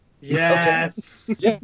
Yes